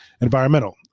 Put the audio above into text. environmental